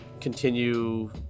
continue